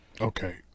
Okay